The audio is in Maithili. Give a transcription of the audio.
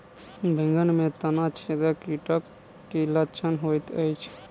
बैंगन मे तना छेदक कीटक की लक्षण होइत अछि?